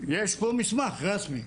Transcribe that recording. יש פה מסמך רסמי,